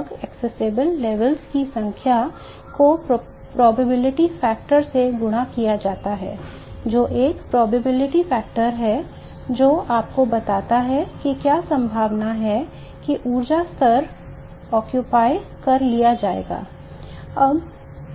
अब